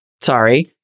sorry